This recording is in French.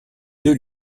deux